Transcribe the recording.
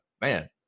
man